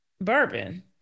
bourbon